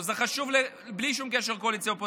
זה חשוב, בלי שום קשר לקואליציה או אופוזיציה.